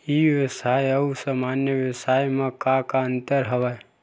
ई व्यवसाय आऊ सामान्य व्यवसाय म का का अंतर हवय?